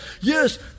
yes